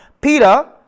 Peter